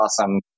awesome